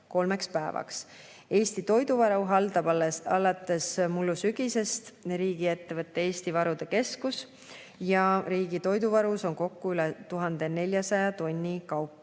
Eesti toiduvaru haldab alates mullu sügisest riigiettevõte Eesti Varude Keskus ja riigi toiduvarus on kokku üle 1400 tonni kaupa.